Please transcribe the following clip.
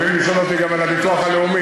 הם יכולים לשאול אותי גם על הביטוח הלאומי,